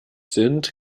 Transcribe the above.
sind